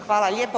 Hvala lijepa.